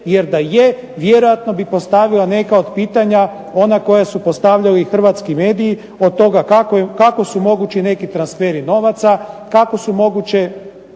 jer da je vjerojatno bi postavila neka od pitanja, ona koja su postavljali hrvatski mediji, od toga kako su mogući neki transferi novaca, kako su moguće